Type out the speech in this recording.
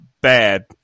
bad